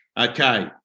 Okay